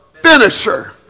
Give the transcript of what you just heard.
finisher